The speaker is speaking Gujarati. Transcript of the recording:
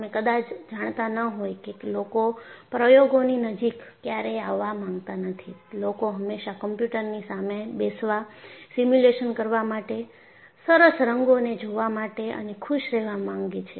તમે કદાચ જાણતા ન હોય કે લોકો પ્રયોગોની નજીક ક્યારેય આવવા માંગતા નથી લોકો હંમેશા કોમ્પ્યુટર ની સામે બેસવા સિમ્યુલેશન કરવા માટે સરસ રંગોને જોવા માટે અને ખુશ રહેવા માંગે છે